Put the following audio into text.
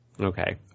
okay